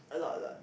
a lot a lot